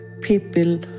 people